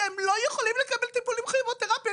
שלא יכולים לקבל טיפולים כימותרפיים!